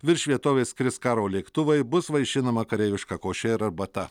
virš vietovės skris karo lėktuvai bus vaišinama kareiviška koše ir arbata